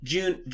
June